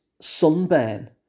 sunburn